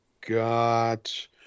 got